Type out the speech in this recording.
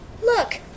Look